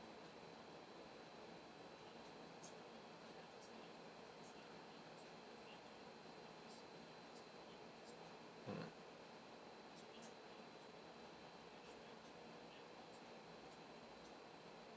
mm